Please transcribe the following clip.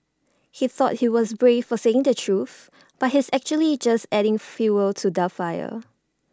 he thought he's brave for saying the truth but he's actually just adding fuel to the fire